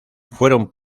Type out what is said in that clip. fueron